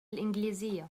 الإنجليزية